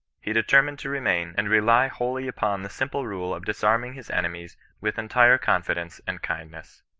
he determined to remain, and rely wholly upon the simple rule of disarming his enemies with entire confix dence and kindness.